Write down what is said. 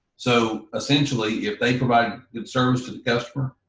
so, essentially if they provide good service to the customer,